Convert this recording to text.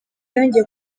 yongeye